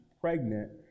pregnant